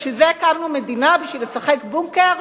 בשביל זה הקמנו מדינה, בשביל לשחק בונקר?